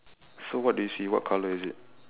so what do you see what colour is it